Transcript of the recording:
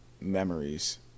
memories